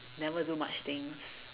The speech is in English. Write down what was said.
never do much things